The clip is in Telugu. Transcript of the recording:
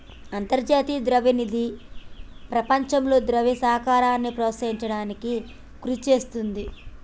అంతర్జాతీయ ద్రవ్య నిధి ప్రపంచంలో ద్రవ్య సహకారాన్ని ప్రోత్సహించడానికి కృషి చేస్తుంది